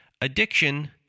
addiction